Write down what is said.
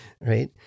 right